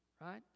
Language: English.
right